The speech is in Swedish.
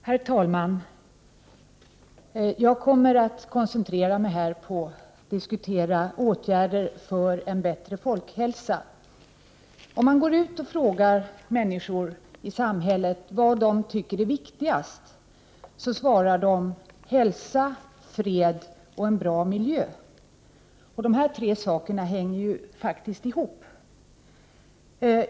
Herr talman! Jag kommer att här koncentrera mig på att diskutera åtgärder för en bättre folkhälsa. Om man går ut och frågar människor i samhället vad de tycker är viktigast, så svarar de: hälsa, fred och en bra miljö. De här tre sakerna hänger ju faktiskt ihop.